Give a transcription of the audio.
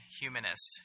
humanist